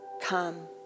come